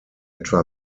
etwa